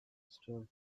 star